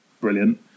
brilliant